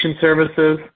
Services